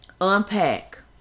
unpack